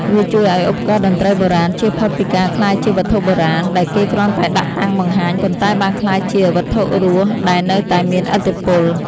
វាជួយឱ្យឧបករណ៍តន្ត្រីបុរាណជៀសផុតពីការក្លាយជា វត្ថុបុរាណ ដែលគេគ្រាន់តែដាក់តាំងបង្ហាញ ប៉ុន្តែបានក្លាយជា វត្ថុរស់ ដែលនៅតែមានឥទ្ធិពល។